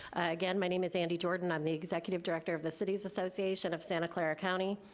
again, my name is andi jordan. i'm the executive director of the cities association of santa clara county.